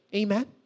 amen